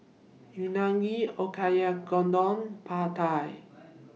Unagi Oyakodon Pad Thai